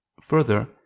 Further